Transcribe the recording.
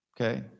Okay